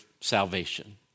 salvation